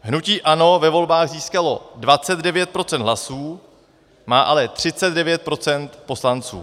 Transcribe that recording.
Hnutí ANO ve volbách získalo 29 % hlasů, má ale 39 % poslanců.